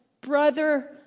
Brother